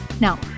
Now